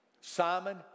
Simon